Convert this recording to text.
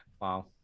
wow